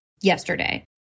yesterday